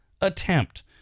attempt